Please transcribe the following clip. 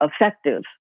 effective